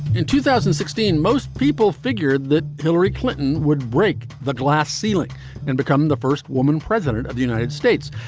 in two thousand and sixteen, most people figured that hillary clinton would break the glass ceiling and become the first woman president of the united states.